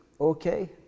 okay